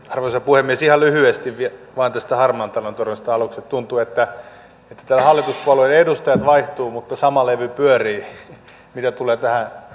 arvoisa puhemies ihan lyhyesti vain tästä harmaan talouden torjunnasta aluksi tuntuu että täällä hallituspuolueiden edustajat vaihtuvat mutta sama levy pyörii mitä tulee tähän